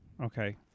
Okay